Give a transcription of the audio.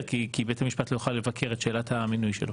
כי בית המשפט לא יוכל לבקר את שאלת המינוי שלו.